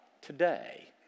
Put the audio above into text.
today